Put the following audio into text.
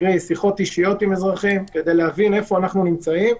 קרי: שיחות אישיות עם אזרחים כדי להבין איפה אנחנו נמצאים.